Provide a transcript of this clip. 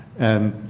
and